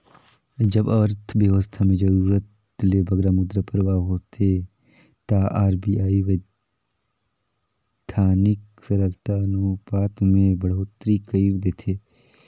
जब अर्थबेवस्था में जरूरत ले बगरा मुद्रा परवाह होथे ता आर.बी.आई बैधानिक तरलता अनुपात में बड़होत्तरी कइर देथे